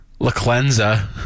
LaClenza